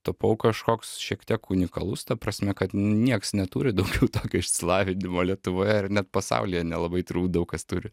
tapau kažkoks šiek tiek unikalus ta prasme kad nieks neturi daugiau tokio išsilavinimo lietuvoje ir net pasaulyje nelabai turbūt daug kas turi